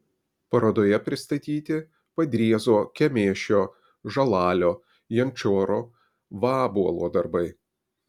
parodoje pristatyti padriezo kemėšio žalalio jančoro vabuolo darbai